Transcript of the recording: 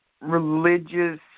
religious